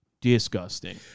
disgusting